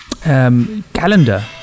Calendar